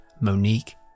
Monique